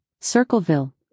Circleville